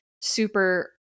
super